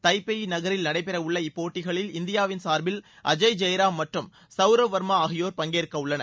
Taipei நகரில் நடைபெறவுள்ள இப்போட்டிகளில் இந்தியாவின் சார்பில் அஜய் ஜெயராம் மற்றும் சௌரப் வர்மா ஆகியோர் பங்கேற்கவுள்ளனர்